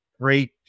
great